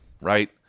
right